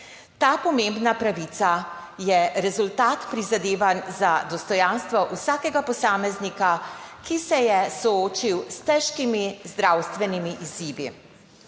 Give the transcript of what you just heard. Ta pomembna pravica je rezultat prizadevanj za dostojanstvo vsakega posameznika, ki se je soočil s težkimi zdravstvenimi izzivi.